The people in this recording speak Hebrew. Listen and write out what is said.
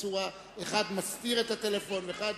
אחד מסתיר את הטלפון ואחד,